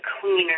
cleaner